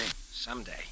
Someday